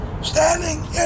standing